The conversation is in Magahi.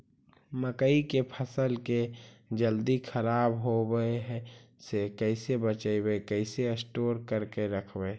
मकइ के फ़सल के जल्दी खराब होबे से कैसे बचइबै कैसे स्टोर करके रखबै?